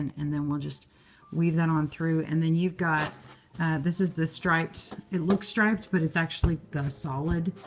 and and then we'll just weave that on through. and then you've got this is the striped it looks striped, but it's actually the solid.